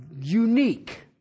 unique